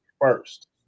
first